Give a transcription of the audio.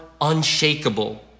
unshakable